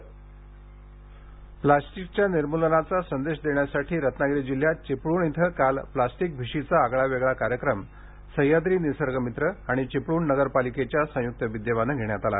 प्लास्टिकचा निर्मूलन प्लास्टिकच्या निर्मूलनाचा संदेश देण्यासाठी रत्नागिरी जिल्ह्यात चिपळूण इथं काल प्लास्टिक भिशीचा आगळावेगळा कार्यक्रम सह्याद्री निसर्ग मित्र आणि चिपळूण नगरपालिकेच्या संयुक्त विद्यमाने घेण्यात आला